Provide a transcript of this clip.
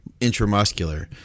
intramuscular